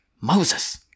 Moses